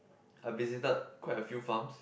I visited quite a few farms